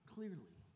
Clearly